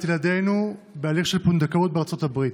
ילדינו בהליך של פונדקאות בארצות הברית.